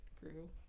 grew